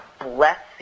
blessing